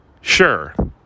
sure